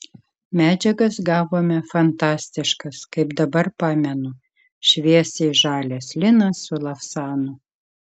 medžiagas gavome fantastiškas kaip dabar pamenu šviesiai žalias linas su lavsanu